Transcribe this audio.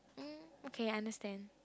mm okay I understand